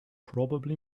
probably